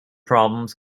problems